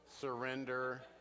surrender